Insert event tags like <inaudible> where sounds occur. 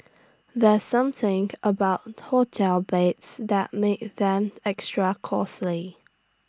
there's something about hotel beds that make them extra <unintelligible>